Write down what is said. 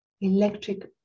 Electric